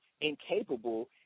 incapable